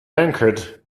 anchored